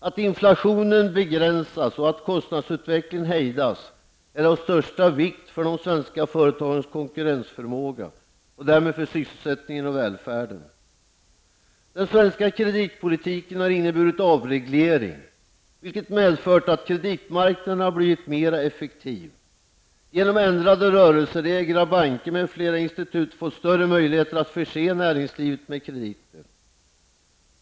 Att inflationen begränsas och att kostnadsutvecklingen hejdas är av största vikt för de svenska företagens konkurrensförmåga och därmed för sysselsättningen och välfärden. Den svenska kreditpolitiken har inneburit avreglering, vilket har medfört att kreditmarknaden har blivit mer effektiv. Genom ändrade rörelseregler har banker m.fl. institut fått större möjligheter att förse näringslivet med krediter.